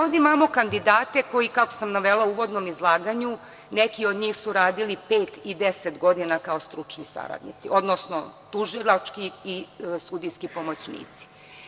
Ovde imamo kandidate koji, kako sam navela u uvodnom izlaganju, neki od njih su radili pet i deset godina kao stručni saradnici, odnosno tužilački i sudijski pomoćnici.